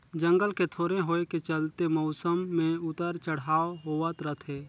जंगल के थोरहें होए के चलते मउसम मे उतर चढ़ाव होवत रथे